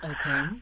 Okay